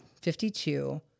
52